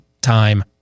time